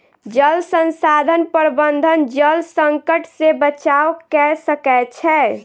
जल संसाधन प्रबंधन जल संकट से बचाव कअ सकै छै